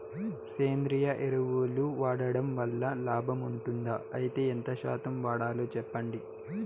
సేంద్రియ ఎరువులు వాడడం వల్ల లాభం ఉంటుందా? అయితే ఎంత శాతం వాడాలో చెప్పండి?